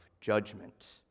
judgment